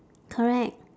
correct